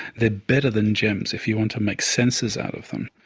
they're better than gems if you want to make sensors out of them.